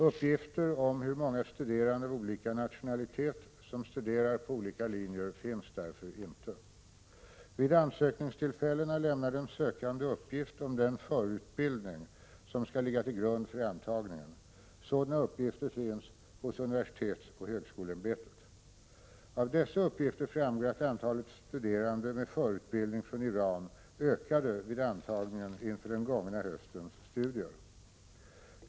Uppgifter om hur många studerande av olika nationalitet som studerar på olika linjer finns därför inte. Vid ansökningstillfällena lämnar den sökande uppgift om den förutbildning som skall ligga till grund för antagningen. Sådana uppgifter finns hos universitetsoch högskoleämbetet. Av dessa uppgifter framgår att antalet studerande med förutbildning från Iran ökade vid antagningen inför den gångna höstens studier.